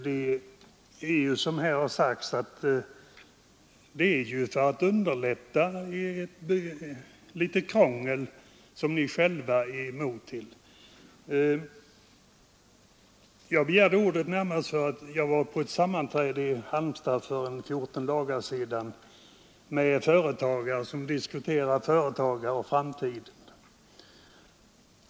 Förslaget har ju tillkommit för att ta bort litet av det krångel som ni själva är upphov till. För 14 dagar sedan var jag på ett sammanträde i Halmstad med företagare som diskuterade företag och framtid.